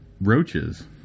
roaches